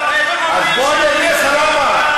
אז בוא אגיד לך למה,